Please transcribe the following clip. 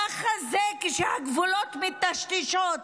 ככה זה כשהגבולות מיטשטשים,